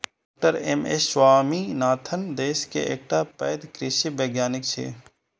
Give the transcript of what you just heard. डॉ M S Swaminathan देश के एकटा पैघ कृषि वैज्ञानिक छियै